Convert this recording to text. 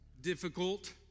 difficult